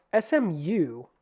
SMU